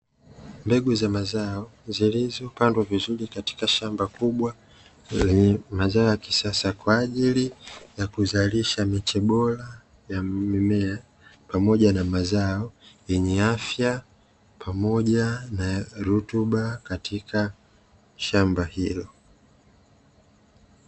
Mbegu za mazao zilizopandwa vizuri katika shamba kubwa lenye mazao ya kisasa, kwa ajili ya kuzalisha miche bora ya mimea pamoja na mazao yenye afya pamoja na rutuba katika shamba hilo.